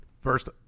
First